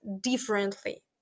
differently